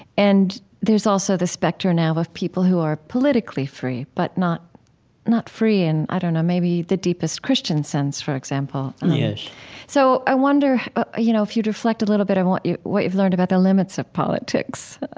and there's also this specter now of people who are politically free but not not free in, i don't know, maybe the deepest christian sense, for example yes so i wonder ah you know if you'd reflect a little bit on what you've what you've learned about the limits of politics